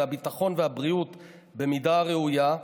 והביטחון והבריאות במידה הראויה,